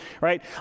right